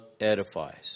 edifies